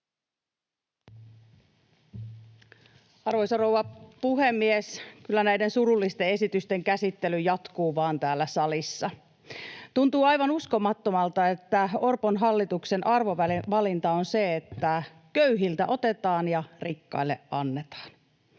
Arvoisa rouva puhemies! Kyllä näiden surullisten esitysten käsittely jatkuu vaan täällä salissa. Tuntuu aivan uskomattomalta, että Orpon hallituksen arvovalinta on se, että köyhiltä otetaan ja rikkaille annetaan.